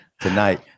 tonight